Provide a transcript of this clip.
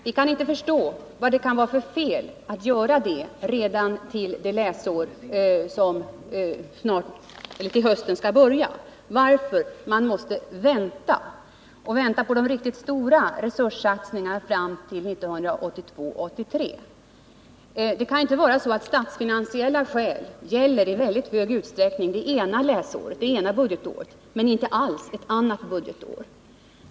Vi kan inte förstå vad det kan vara för fel att göra det redan till det läsår som skall börja till hösten och varför man måste vänta till 1982/83 på de stora resurssatsningarna. Det kan inte vara så att statsfinansiella skäl gäller i väldigt stor utsträckning det ena budgetåret men inte alls det andra budgetåret.